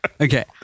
Okay